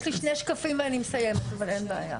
יש לי שני שקפים ואני מסיימת, אבל אין בעיה.